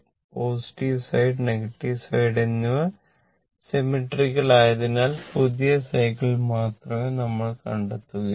positive side negative side എന്നിവ symmetrical ആയതിനാൽ പകുതി സൈക്കിളിൽ മാത്രമേ നമ്മൾ കണ്ടെത്തുകയുള്ളൂ